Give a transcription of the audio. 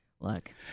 Look